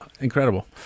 Incredible